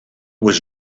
was